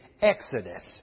exodus